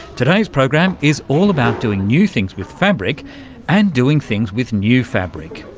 today's program is all about doing new things with fabric and doing things with new fabric.